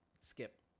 skip